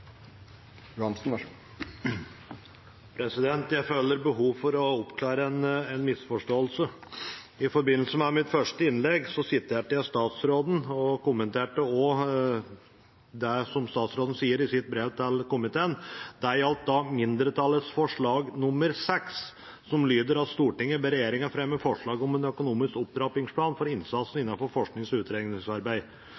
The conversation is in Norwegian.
Jeg føler behov for å oppklare en misforståelse. I forbindelse med mitt første innlegg siterte jeg statsråden og kommenterte det som statsråden sier i sitt brev til komiteen. Det gjaldt mindretallets forslag nr. 4, som lyder: «Stortinget ber regjeringen fremme forslag om en økonomisk opptrappingsplan for innsatsen innenfor forsknings- og utredningsarbeid